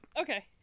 Okay